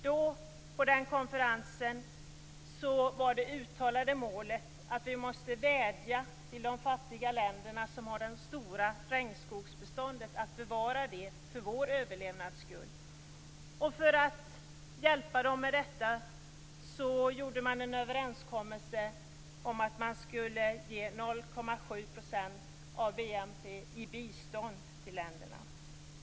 På den konferensen var det uttalade målet att vi måste vädja till de fattiga länderna som har det stora regnskogsbeståndet att bevara det för vår överlevnads skull. För att hjälpa dem med detta gjorde man en överenskommelse om att man skulle ge 0,7 % av BNP i bistånd till länderna.